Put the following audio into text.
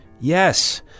Yes